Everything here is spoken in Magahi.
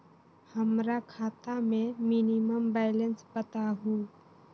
हमरा खाता में मिनिमम बैलेंस बताहु?